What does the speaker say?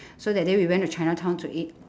so that day we went to chinatown to eat